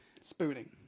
Spooning